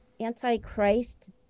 antichrist